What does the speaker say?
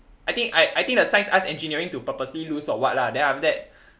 I think I think the science ask engineering to purposely lose or what lah then after that